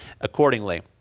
accordingly